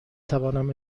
توانم